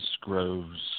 groves